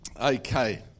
okay